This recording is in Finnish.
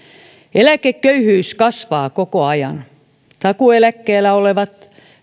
eläkeköyhyys kasvaa koko ajan takuueläkkeellä olevia